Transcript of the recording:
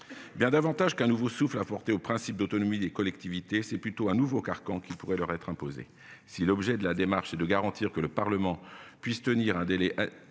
Bien davantage qu'un nouveau souffle à apporter au principe d'autonomie des collectivités. C'est plutôt un nouveau carcan qui pourrait leur être imposé. Si l'objet de la démarche est de garantir que le Parlement puisse tenir un délai